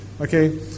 Okay